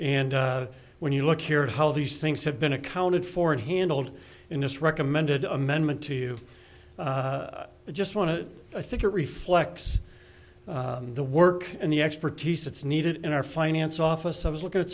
and when you look here at how these things have been accounted for and handled in this recommended amendment to you i just want to i think it reflects the work and the expertise that's needed in our finance office i was looking at